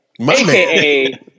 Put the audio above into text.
Aka